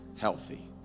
healthy